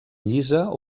llisa